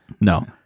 No